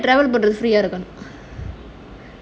plane and travel பண்றது:pandrathu free ah இருக்கனும்:irukanum